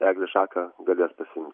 eglės šaką galės pasiimt